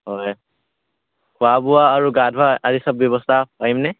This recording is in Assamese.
হয় খোৱা বোৱা আৰু গা ধোৱা আদি চব ব্যৱস্থা পাৰিমনে